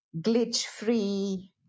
glitch-free